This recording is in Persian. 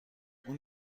اون